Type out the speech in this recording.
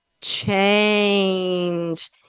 change